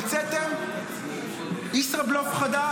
המצאתם ישראבלוף חדש,